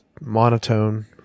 monotone